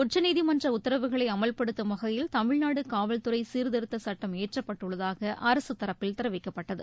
உச்சநீதிமன்ற உத்தரவுகளை அமல்படுத்தும் வகையில் தமிழ்நாடு காவல்துறை சீர்திருத்த சுட்டம் இயற்றப்பட்டுள்ளதாக அரசு தரப்பில் தெரிவிக்கப்பட்டது